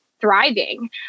thriving